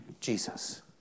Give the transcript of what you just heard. Jesus